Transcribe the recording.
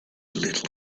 little